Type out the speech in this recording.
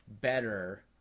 better